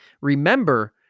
remember